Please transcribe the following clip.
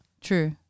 true